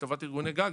לטובת ארגוני גג,